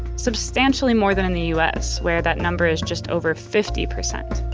substantially more than in the us where that number is just over fifty percent.